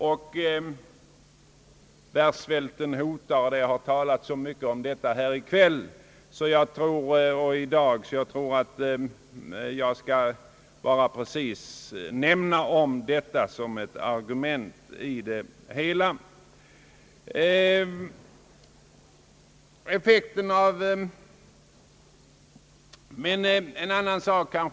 Det har dock här redan talats så mycket om den världssvält som i dag hotar att jag bara i för bigående nämner detta som ett argument i debatten.